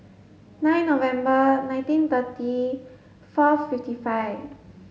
nine November nineteen thirty four fifty five